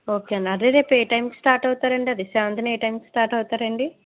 okay అండి అదే రేపు ఏ టైమ్కి స్టార్ట్ అవుతారండి అదే సెవెన్త్న ఏ టైమ్కి స్టార్ట్ అవుతారండి